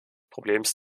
problems